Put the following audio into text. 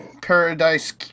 paradise